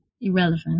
irrelevant